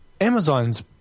Amazon's